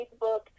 Facebook